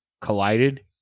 collided